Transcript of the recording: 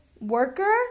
worker